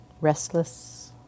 restless